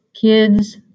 kids